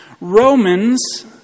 Romans